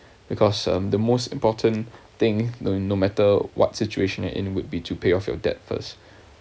because um the most important thing no no matter what situation in would be to pay off your debt first